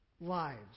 lives